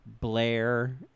Blair